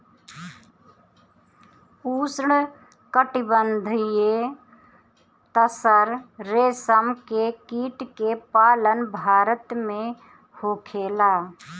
उष्णकटिबंधीय तसर रेशम के कीट के पालन भारत में होखेला